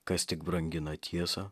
kas tik brangina tiesą